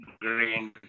green